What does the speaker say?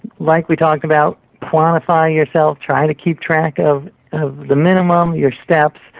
like we talked about, quantifying yourself, trying to keep track of of the minimum, your steps,